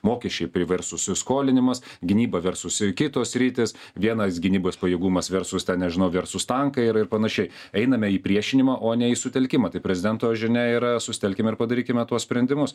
mokesčiai prie versus ir skolinimas gynyba versus ir kitos sritys vienas gynybos pajėgumas versus ten nežinau versus tankai ir ir panašiai einame į priešinimą o ne į sutelkimą tai prezidento žinia yra susitelkime ir padarykime tuos sprendimus